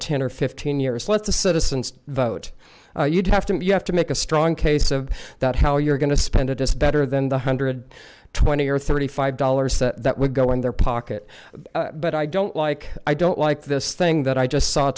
ten or fifteen years let the citizens vote you'd have to you have to make a strong case of that how you're going to spend a dispenser than one hundred twenty or thirty five dollars that would go in their pocket but i don't like i don't like this thing that i just saw